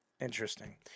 Interesting